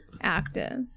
active